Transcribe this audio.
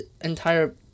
entire